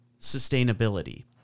sustainability